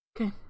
okay